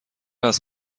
است